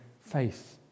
faith